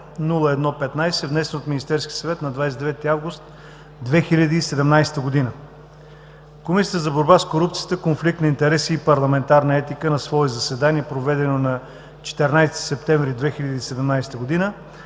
702-01-15, внесен от Министерския съвет на 29 август 2017 г. Комисията за борба с корупцията, конфликт на интереси и парламентарна етика на свое заседание, проведено на 14 септември 2017 г.,